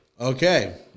Okay